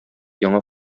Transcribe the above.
яңа